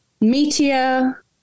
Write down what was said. meteor